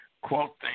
Quote